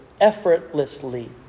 effortlessly